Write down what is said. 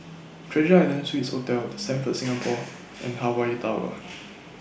Treasure Island Swissotel The Stamford Singapore and Hawaii Tower